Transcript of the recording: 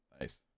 Nice